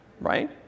Right